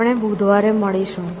આપણે બુધવારે મળીશું